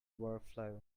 workflow